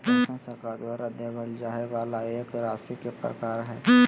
pension सरकार द्वारा देबल जाय वाला एक राशि के प्रकार हय